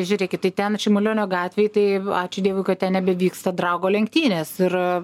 žiūrėkit tai ten šimulionio gatvėj tai ačiū dievui kad ten nebevyksta draugo lenktynės ir